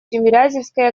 тимирязевской